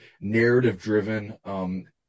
narrative-driven